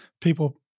people